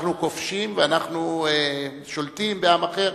אנחנו כובשים ואנחנו שולטים בעם אחר.